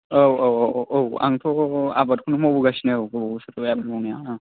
औ औ औ आंथ' आबादखौनो मावबोगासिनो औ गोबावसै आबाद मावनाया